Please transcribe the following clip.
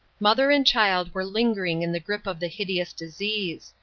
mother and child were lingering in the grip of the hideous disease.